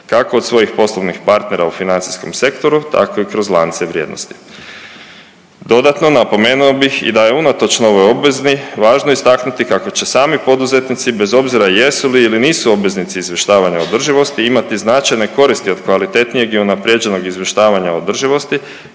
kako od svojih poslovnih partnera u financijskom sektoru, tako i kroz lance vrijednosti. Dodatno napomenuo bih i da je unatoč novoj obvezi važno istaknuti kako će sami poduzetnici bez obzira jesu li ili nisu obveznici izvještavanja o održivosti imati značajne koristi od kvalitetnijeg i unaprijeđenog izvještavanja o održivosti,